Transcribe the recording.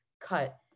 cut